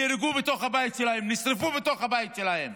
נהרגו בתוך הבית שלהם, נשרפו בתוך הבית שלהם.